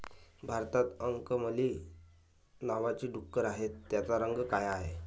भारतात अंकमली नावाची डुकरं आहेत, त्यांचा रंग काळा आहे